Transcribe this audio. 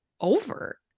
over